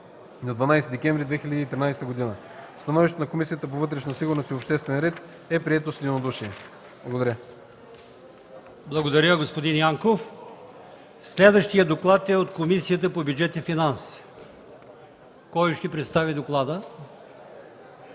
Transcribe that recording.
Благодаря, господин Янков. Следващият доклад е от Комисията по бюджет и финанси. Кой ще го представи?